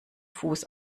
fuß